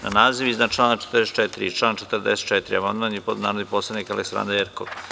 Na naziv iznad člana 44 i član 44. amandman je podneo narodni poslanik Aleksandra Jerkov.